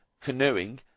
canoeing